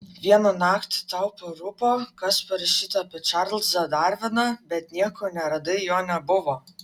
vieną naktį tau parūpo kas parašyta apie čarlzą darviną bet nieko neradai jo nebuvo